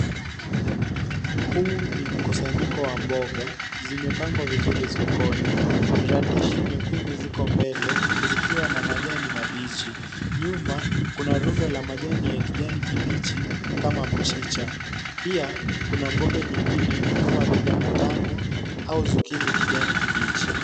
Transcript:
Huu ni mkusanyiko wa mboga . Zimepangwa vizuri sokoni. Radishi nyekundu ziko mbele, zikiwa na majani mabichi. Nyuma kuna rundo la majani ya kijani kibichi, kama mchicha. Pia ,kuna mboga nyingine kama vile matango au zukini kijani kibichi.